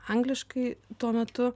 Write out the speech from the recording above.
angliškai tuo metu